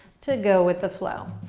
to go with the flow.